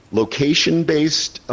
location-based